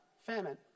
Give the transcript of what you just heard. famine